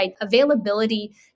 availability